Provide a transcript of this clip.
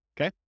okay